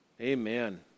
Amen